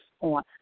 on